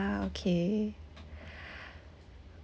ah okay